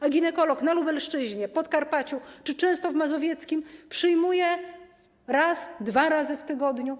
A ginekolog na Lubelszczyźnie, Podkarpaciu czy często w mazowieckim przyjmuje raz, dwa razy w tygodniu.